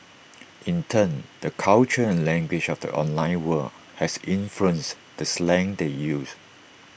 in turn the culture and language of the online world has influenced the slang they use